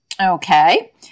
Okay